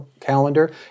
calendar